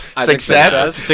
success